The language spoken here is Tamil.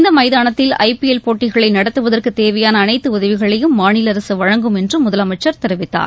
இந்த மைதானத்தில் ஐ பி எல் போட்டிகளை நடத்துவதற்கு தேவையான அனைத்து உதவிகளையும் மாநில அரசு வழங்கும் என்றும் முதலமைச்சர் தெரிவித்தார்